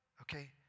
Okay